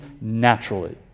naturally